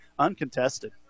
uncontested